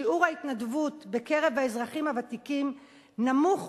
שיעור ההתנדבות בקרב האזרחים הוותיקים נמוך